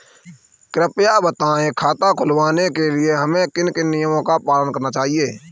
कृपया बताएँ खाता खुलवाने के लिए हमें किन किन नियमों का पालन करना चाहिए?